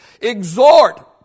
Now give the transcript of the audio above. exhort